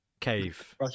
Cave